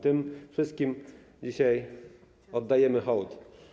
Tym wszystkim dzisiaj oddajemy hołd.